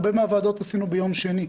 עשינו הרבה ועדות ביום שני,